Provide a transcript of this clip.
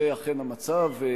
זה אכן המצב,